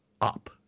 up